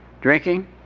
drinking